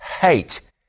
hate